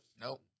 Nope